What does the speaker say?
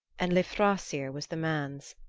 and lifthrasir was the man's.